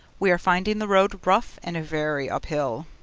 we are finding the road rough and very uphill.